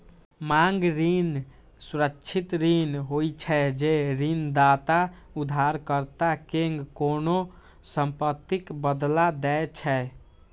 मांग ऋण सुरक्षित ऋण होइ छै, जे ऋणदाता उधारकर्ता कें कोनों संपत्तिक बदला दै छै